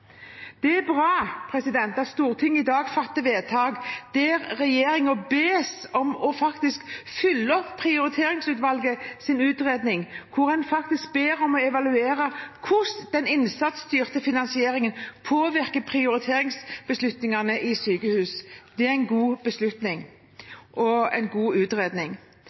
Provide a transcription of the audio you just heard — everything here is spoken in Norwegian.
Det er bra at Stortinget i dag fatter vedtak hvor en ber regjeringen om å følge opp Prioriteringsutvalgets utredning og evaluere hvordan den innsatsstyrte finansieringen påvirker prioriteringsbeslutningene i sykehus. Det er en god beslutning og en god utredning.